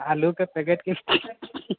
आलू के पैकेट